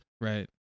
right